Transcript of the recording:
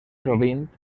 sovint